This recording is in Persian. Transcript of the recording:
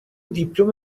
دیپلم